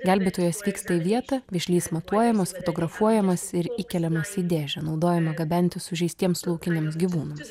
gelbėtojas vyksta į vietą vėžlys matuojamas fotografuojamas ir įkeliamas į dėžę naudojamą gabenti sužeistiems laukiniams gyvūnams